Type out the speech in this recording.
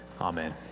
Amen